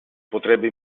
potrebbe